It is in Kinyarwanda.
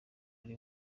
ari